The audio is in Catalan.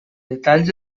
detalls